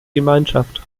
gemeinschaft